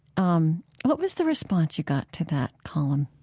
um what was the response you got to that column?